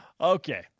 Okay